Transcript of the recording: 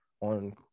on